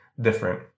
different